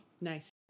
nice